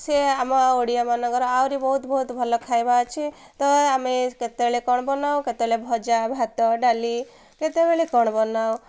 ସେ ଆମ ଓଡ଼ିଆମାନଙ୍କର ଆହୁରି ବହୁତ ବହୁତ ଭଲ ଖାଇବା ଅଛି ତ ଆମେ କେତେବେଳେ କ'ଣ ବନାଉ କେତେବେଳେ ଭଜା ଭାତ ଡାଲି କେତେବେଳେ କ'ଣ ବନାଉ